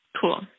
Cool